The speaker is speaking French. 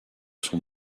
son